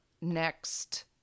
Next